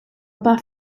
pas